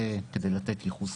זה כדי לתת ייחוס.